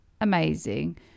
Amazing